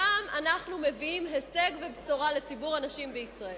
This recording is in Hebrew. הפעם אנו מביאים הישג ובשורה לציבור הנשים בישראל,